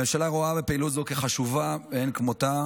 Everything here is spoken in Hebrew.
הממשלה רואה פעילות זו כחשובה מאין כמותה,